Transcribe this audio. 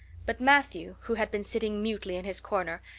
but matthew, who had been sitting mutely in his corner,